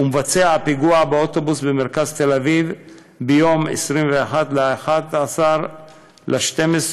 של מבצע הפיגוע באוטובוס במרכז תל אביב ביום 21 בנובמבר 2012,